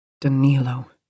Danilo